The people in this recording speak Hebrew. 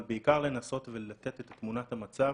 אבל בעיקר לנסות ולתת את תמונת המצב